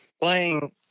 playing